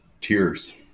tears